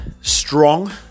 strong